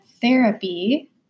therapy